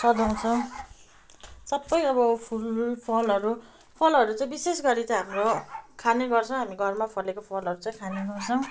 सजाउँछ सबै अब फुल फलहरू फलहरू चाहिँ विशेष गरी चाहिँ हाम्रो खाने गर्छौँ हामी घरमा फलेको फलहरू चाहिँ खाने गर्छौँ